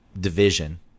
division